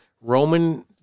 Roman